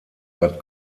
bad